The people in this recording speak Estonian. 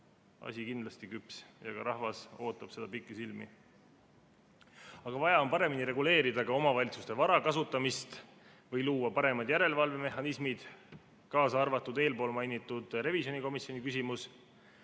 asi kindlasti küps ja rahvas ootab seda pikisilmi. Vaja on paremini reguleerida ka omavalitsuste vara kasutamist või luua paremad järelevalvemehhanismid, kaasa arvatud eespool mainitud revisjonikomisjoni küsimus.